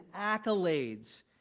accolades